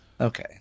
Okay